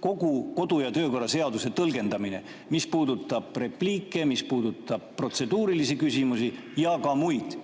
kogu kodu‑ ja töökorra seaduse tõlgendamine, mis puudutab repliike, mis puudutab protseduurilisi küsimusi ja ka muid.